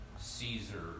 Caesar